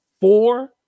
four